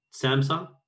Samsung